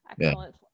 Excellent